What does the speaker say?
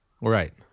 Right